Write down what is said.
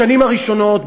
בשנים הראשונות,